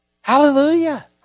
Hallelujah